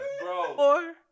bro